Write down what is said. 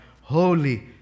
holy